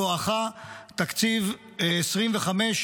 בואכה תקציב 2025,